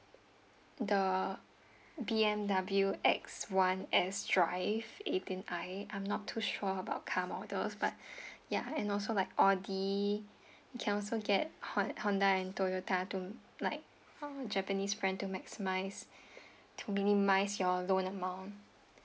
the B_M_W X one S drive eighteen I I'm not too sure about car models but ya and also like audi you can also get hond~ Honda and Toyota to like japanese brand to maximise to minimise your loan amount